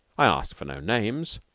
i asked for no names.